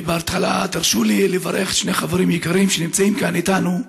בהתחלה תרשו לי לברך שני חברים יקרים שנמצאים כאן איתנו,